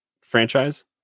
franchise